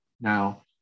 now